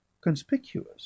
conspicuous